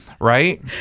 right